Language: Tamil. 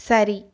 சரி